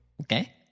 Okay